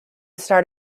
start